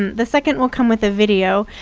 the second will come with a video.